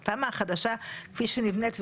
התמ"א החדשה כפי שנבנית,